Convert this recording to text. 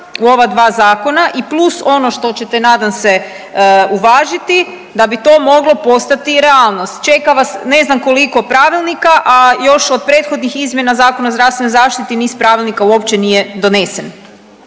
u ova dva zakona i plus ono što ćete nadam se uvažiti, da bi to moglo postati realnost. Čeka vas ne znam koliko pravilnika, a još od prethodnih izmjena Zakona o zdravstvenoj zaštiti niz pravilnika uopće nije donesen.